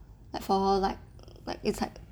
like for like like it's like